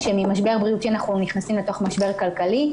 שממשבר בריאותי אנחנו נכנסים למשבר כלכלי,